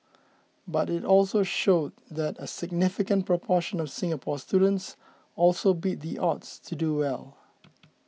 but it also showed that a significant proportion of Singapore students also beat the odds to do well